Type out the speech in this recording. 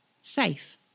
Safe